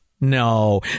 No